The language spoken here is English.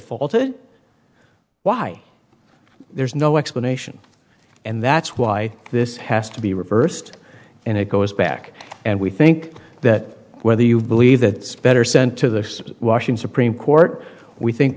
faulted why there's no explanation and that's why this has to be reversed and it goes back and we think that whether you believe that it's better sent to the washroom supreme court we think